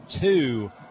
two